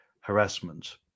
harassment